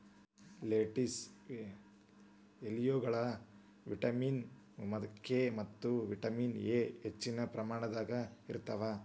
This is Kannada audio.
ಲೆಟಿಸ್ ಎಲಿಯೊಳಗ ವಿಟಮಿನ್ ಕೆ ಮತ್ತ ವಿಟಮಿನ್ ಎ ಹೆಚ್ಚಿನ ಪ್ರಮಾಣದಾಗ ಇರ್ತಾವ